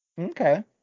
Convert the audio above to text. Okay